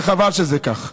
וחבל שזה כך.